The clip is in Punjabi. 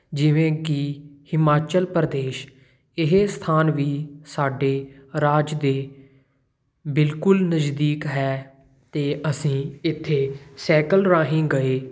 ਜਿਵੇਂ ਕਿ ਹਿਮਾਚਲ ਪ੍ਰਦੇਸ਼ ਇਹ ਸਥਾਨ ਵੀ ਸਾਡੇ ਰਾਜ ਦੇ ਬਿਲਕੁਲ ਨਜ਼ਦੀਕ ਹੈ ਅਤੇ ਅਸੀਂ ਇੱਥੇ ਸੈਕਲ ਰਾਹੀਂ ਗਏ